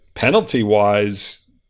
Penalty-wise